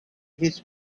his